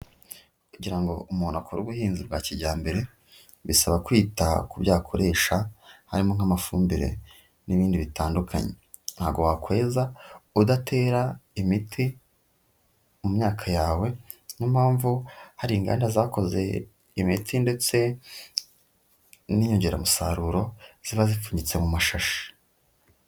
Kugira ngo umuntu akore ubuhinzi bwa kijyambere, bisaba kwita ku byo akoresha harimo nk'amafumbire n'ibindi bitandukanye, ntabwo wakweza udatera imiti mu myaka yawe, niyo mpamvu hari inganda zakoze imiti ndetse n'inyongeramusaruro ziba zipfunyitse mu mashashi.